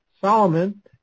Solomon